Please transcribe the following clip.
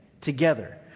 Together